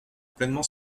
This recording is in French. pleinement